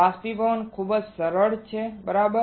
બાષ્પીભવન ખૂબ સરળ બરાબર